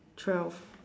twelve